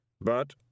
but